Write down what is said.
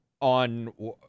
on